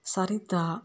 Sarita